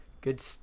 Good